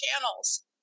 channels